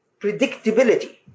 predictability